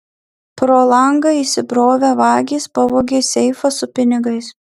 pro langą įsibrovę vagys pavogė seifą su pinigais